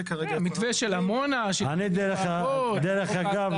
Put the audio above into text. מתווה של עמונה --- דרך אגב,